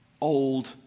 old